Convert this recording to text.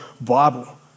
Bible